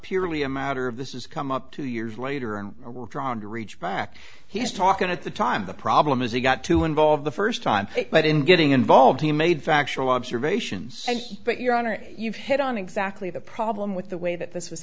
purely a matter of this is come up two years later and are drawn to reach back he's talking at the time the problem is he got to involve the first time but in getting involved he made factual observations but your honor you've hit on exactly the problem with the way that this was